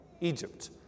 Egypt